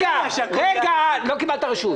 לא,